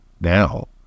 now